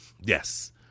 Yes